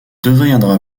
deviendra